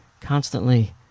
constantly